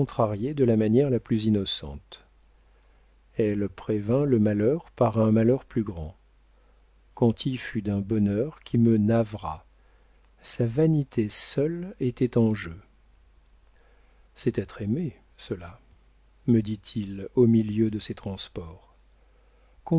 de la manière la plus innocente elle prévint le malheur par un malheur plus grand conti fut d'un bonheur qui me navra sa vanité seule était en jeu c'est être aimé cela me dit-il au milieu de ses transports